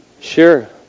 Sure